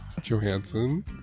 Johansson